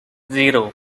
zero